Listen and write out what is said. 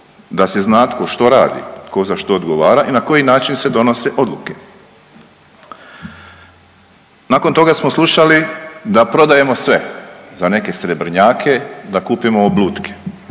da se zna tko što radi, tko za što odgovara i na koji način se donose odluke. Nakon toga smo slušali da prodajemo sve – za neke srebrnjake da kupimo oblutke.